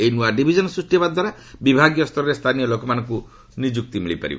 ଏହି ନୂଆ ଡିଭିଜନ ସୃଷ୍ଟି ହେବା ଦ୍ୱାରା ବିଭାଗୀୟ ସ୍ତରରେ ସ୍ଥାନୀୟ ଲୋକମାନଙ୍କୁ ନିଯୁକ୍ତି ମିଳିପାରିବ